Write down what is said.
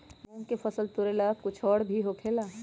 मूंग के फसल तोरेला कुछ और भी होखेला?